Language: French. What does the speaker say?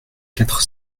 quatre